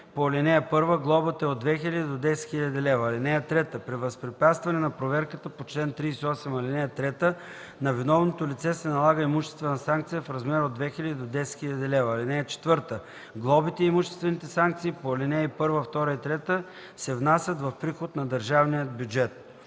по ал. 1 глобата е от 2000 до 10 000 лв. (3) При възпрепятстване на проверката по чл. 38, ал. 3 на виновното лице се налага имуществена санкция в размер от 2000 до 10 000 лв. (4) Глобите и имуществените санкции по ал. 1, 2 и 3 се внасят в приход на държавния бюджет.”